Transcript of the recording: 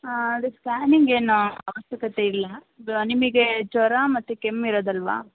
ಹಾಂ ಅದಕ್ಕೆ ಸ್ಕ್ಯಾನಿಂಗ್ ಏನು ಅವಶ್ಯಕತೆ ಇಲ್ಲ ಇದು ನಿಮಗೆ ಜ್ವರ ಮತ್ತು ಕೆಮ್ಮು ಇರೋದಲ್ಲವಾ